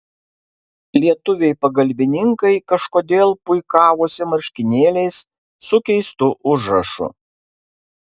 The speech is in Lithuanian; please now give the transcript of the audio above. lietuviai pagalbininkai kažkodėl puikavosi marškinėliais su keistu užrašu